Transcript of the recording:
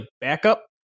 backup